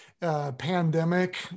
Pandemic